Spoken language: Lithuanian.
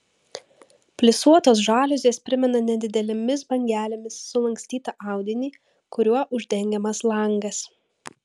plisuotos žaliuzės primena nedidelėmis bangelėmis sulankstytą audinį kuriuo uždengiamas langas